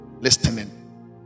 Listening